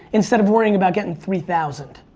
instead of worrying about getting three thousand.